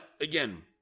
again